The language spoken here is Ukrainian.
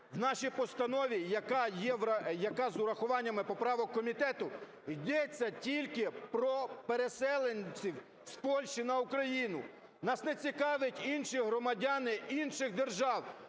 В нашій постанові, яка з врахуванням поправок комітету, йдеться тільки про переселенців з Польщі на Україну. Нас не цікавлять інші громадяни інших держав,